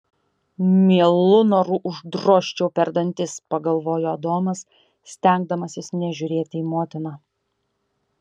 mielu noru uždrožčiau per dantis pagalvojo adomas stengdamasis nežiūrėti į motiną